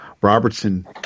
Robertson